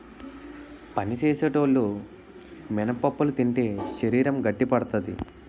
పని సేసేటోలు మినపప్పులు తింటే శరీరం గట్టిపడతాది